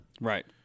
Right